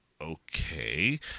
okay